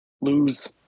lose